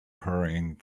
hurrying